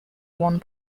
one